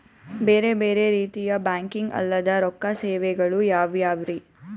ಬೇರೆ ಬೇರೆ ರೀತಿಯ ಬ್ಯಾಂಕಿಂಗ್ ಅಲ್ಲದ ರೊಕ್ಕ ಸೇವೆಗಳು ಯಾವ್ಯಾವ್ರಿ?